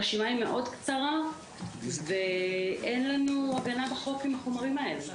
הרשימה היא מאוד קצרה ואין לנו הגנה בחוק עם החומרים האלה.